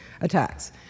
attacks